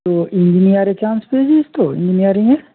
তো ইঞ্জিনিয়ারে চান্স পেয়েছিস তো ইঞ্জিনিয়ারিংয়ে